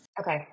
Okay